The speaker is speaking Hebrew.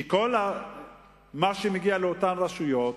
כי כל מה שהגיע לאותן רשויות